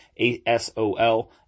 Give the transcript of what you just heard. ASOL